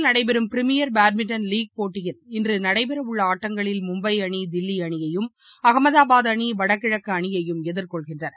மும்பையில் நடைபெறும் premier badminton league போட்டியில் இன்றுநடைபெறவுள்ள ஆட்டங்களில் மும்பை அணி தில்லி அணியையும் அகமதாபாத் அணி வடகிழக்குஅணியையும் எதிர்கொள்கின்றன